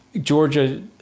Georgia